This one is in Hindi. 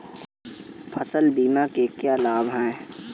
फसल बीमा के क्या लाभ हैं?